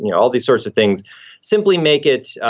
you know all these sorts of things simply make it,